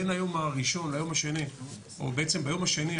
בין היום הראשון ליום השני או בעצם ביום השני,